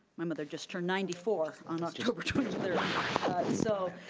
my mother just turned ninety four on october twenty so